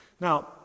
Now